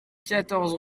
quatorze